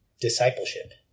discipleship